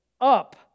up